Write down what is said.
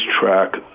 track